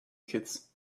kids